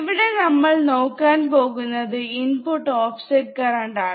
ഇവിടെ നമ്മൾ നോക്കാൻ പോകുന്നത് ഇൻപുട്ട് ഓഫ്സെറ്റ് കറണ്ടാണ്